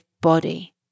body